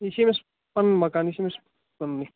یہِ چھُ أمِس پَنُن مکان یہِ چھُ أمِس پنہٕ نُے